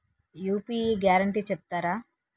UPI guarantee చెప్తారా?